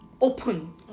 open